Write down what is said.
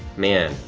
man,